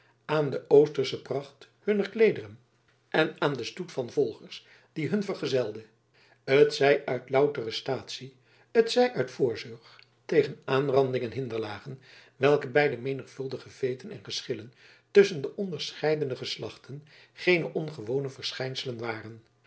aan de oostersche pracht hunner kleederen en aan den stoet van volgers die hun vergezelde t zij uit loutere staatsie t zij uit voorzorg tegen aanranding en hinderlagen welke bij de menigvuldige veeten en geschillen tusschen de onderscheidene geslachten geene ongewone verschijnselen waren